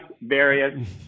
various